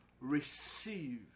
Receive